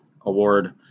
Award